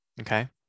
okay